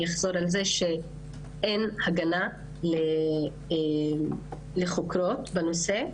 אני אחזור על זה שאין הגנה לחוקרות בנושא.